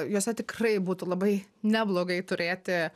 juose tikrai būtų labai neblogai turėti